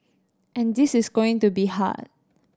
and this is going to be hard